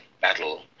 battle